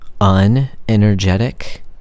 unenergetic